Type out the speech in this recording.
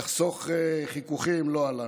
יחסוך חיכוכים, לא עלה.